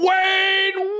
Wayne